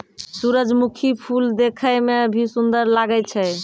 सुरजमुखी फूल देखै मे भी सुन्दर लागै छै